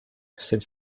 since